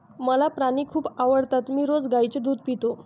मला प्राणी खूप आवडतात मी रोज गाईचे दूध पितो